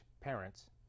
parents